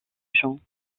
jean